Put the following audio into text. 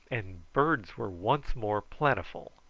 and birds were once more plentiful,